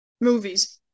Movies